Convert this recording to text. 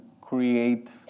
create